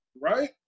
right